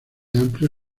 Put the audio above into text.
amplio